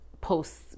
posts